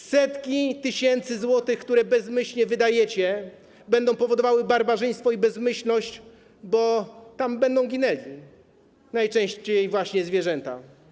Setki tysięcy złotych, które bezmyślnie wydajecie, będą powodowały barbarzyństwo i bezmyślność, bo tam będą ginęli... ginęły najczęściej właśnie zwierzęta.